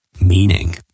Meaning